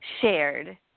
shared